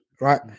right